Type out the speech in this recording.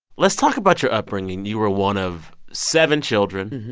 let's talk about your upbringing. you were one of seven children,